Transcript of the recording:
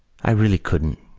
i really couldn't,